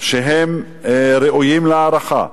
שהם ראויים להערכה.